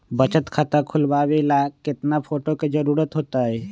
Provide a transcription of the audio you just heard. बचत खाता खोलबाबे ला केतना फोटो के जरूरत होतई?